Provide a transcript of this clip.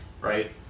right